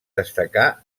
destacà